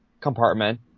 compartment